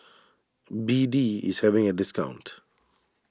B D is having a discount